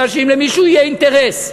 כי אם למישהו יהיה אינטרס,